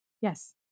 Yes